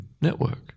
network